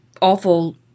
awful